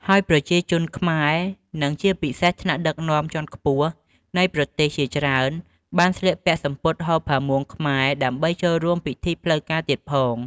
ហើយប្រជាជនខ្មែរ និងជាពិសេសថ្នាក់ដឹកនាំជាន់ខ្ពស់នៃប្រទេសជាច្រើនបានស្លៀកពាក់សំពត់ហូលផាមួងខ្មែរដើម្បីចូលរួមពិធីផ្លូវការទៀតផង។